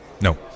No